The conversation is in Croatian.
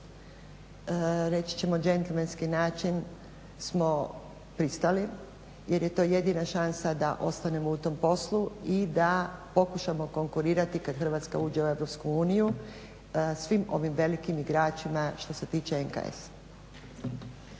reći ćemo đentlmenski način smo pristali jer je to jedina šansa da ostanemo u tom poslu i da pokušamo konkurirati kada Hrvatska uđe u Europsku uniju svim ovim velikim igračima što se tiče NKS-a.